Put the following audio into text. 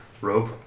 Rope